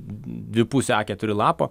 dvipusio a keturi lapo